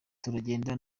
turagenda